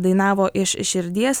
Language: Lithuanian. dainavo iš širdies